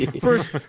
First